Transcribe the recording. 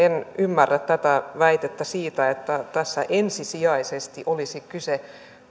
ymmärrä tätä väitettä siitä että tässä ensisijaisesti olisi kyse